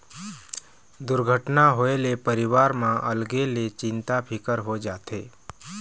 दुरघटना होए ले परिवार म अलगे ले चिंता फिकर हो जाथे